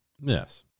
Yes